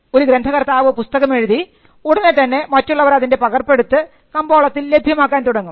ഒരു ഗ്രന്ഥകർത്താവ് പുസ്തകമെഴുതി ഉടനെതന്നെ മറ്റുള്ളവർ അതിൻറെ പകർപ്പെടുത്ത് കമ്പോളത്തിൽ ലഭ്യമാക്കാൻ തുടങ്ങും